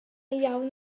iawn